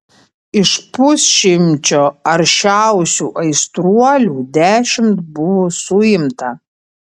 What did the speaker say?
iš pusšimčio aršiausių aistruolių dešimt buvo suimta